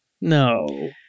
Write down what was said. No